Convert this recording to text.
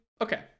okay